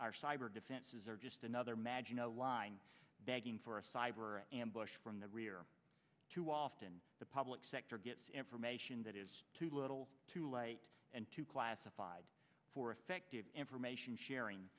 our cyber defenses are just another maginot line begging for a cyber ambush from the rear too often the public sector gets information that is too little too late and too classified for effective information sharing